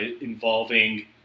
involving